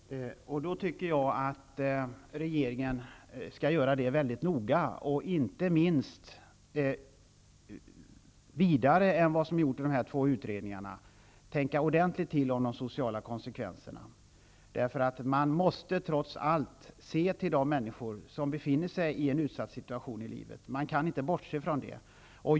Herr talman! Jag tycker då att regeringen mycket noga skall överväga frågan. Inte minst bör man i högre grad än vad som gjorts i de två utredningarna ordentligt tänka igenom de sociala konsekvenserna. Man måste ju trots allt se till de människor som befinner sig i en utsatt situation i livet. Man kan inte bortse från det.